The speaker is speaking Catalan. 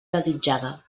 desitjada